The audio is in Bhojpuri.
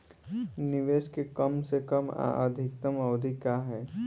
निवेश के कम से कम आ अधिकतम अवधि का है?